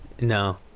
no